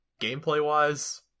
gameplay-wise